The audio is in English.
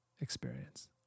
experience